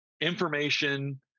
Information